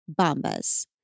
Bombas